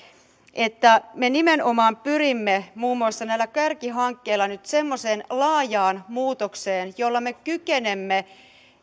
että me nimenomaan pyrimme muun muassa näillä kärkihankkeilla nyt semmoiseen laajaan muutokseen jolla me kykenemme